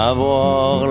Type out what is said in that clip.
Avoir